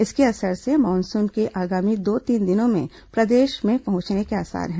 इसके असर से मानसून के आगामी दो तीन दिनों में प्रदेश में पहुंचने के आसार हैं